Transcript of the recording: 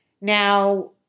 Now